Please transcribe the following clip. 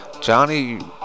Johnny